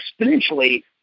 exponentially